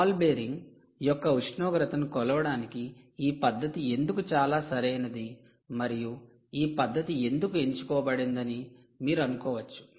ball bearing యొక్క ఉష్ణోగ్రతను కొలవడానికి ఈ పద్ధతి ఎందుకు చాలా సరైనది మరియు ఈ పద్ధతి ఎందుకు ఎంచుకోబడిందని మీరు అనుకోవచ్చు